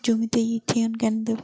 জমিতে ইরথিয়ন কেন দেবো?